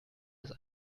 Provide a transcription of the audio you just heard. ist